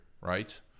right